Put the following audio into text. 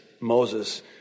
Moses